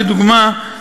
לדוגמה,